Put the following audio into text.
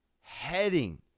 heading